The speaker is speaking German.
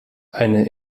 eine